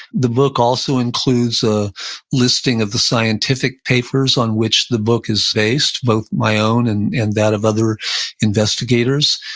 the book also includes a listing of the scientific papers on which the book is based, both my own and and that of other investigators.